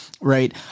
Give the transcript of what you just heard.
right